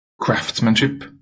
craftsmanship